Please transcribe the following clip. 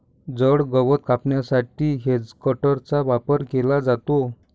जड गवत कापण्यासाठी हेजकटरचा वापर केला जातो